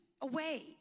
away